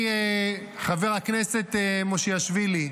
חבר הכנסת מושיאשוילי,